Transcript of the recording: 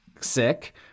Sick